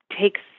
takes